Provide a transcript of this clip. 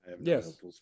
Yes